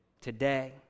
today